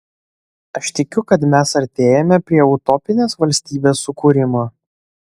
aš tikiu kad mes artėjame prie utopinės valstybės sukūrimo